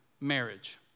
marriage